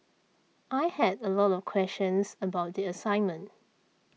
I had a lot of questions about the assignment